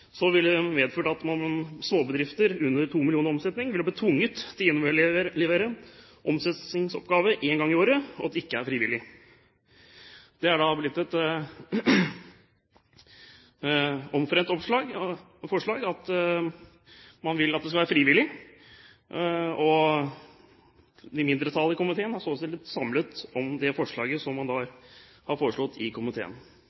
ville det medført at småbedrifter med under 2 mill. kr i omsetning ville blitt tvunget til å innlevere omsetningsoppgave én gang i året, og at det ikke hadde vært frivillig. Det er da blitt et omforent forslag om at det skal være frivillig, og mindretallet i komiteen står samlet om dette forslaget i komiteen. Jeg vil også da ta opp det forslaget.